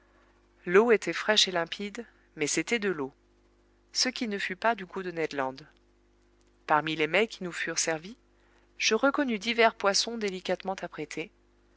l'eau était fraîche et limpide mais c'était de l'eau ce qui ne fut pas du goût de ned land parmi les mets qui nous furent servis je reconnus divers poissons délicatement apprêtés